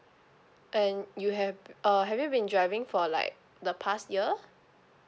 and you have uh have you been driving for like the past year